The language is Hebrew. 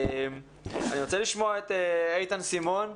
אני רוצה לשמוע את איתן סימון,